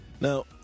now